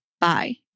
bye